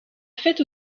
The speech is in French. fait